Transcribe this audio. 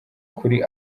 kuri